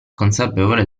consapevole